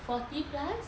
forty plus